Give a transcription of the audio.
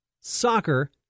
soccer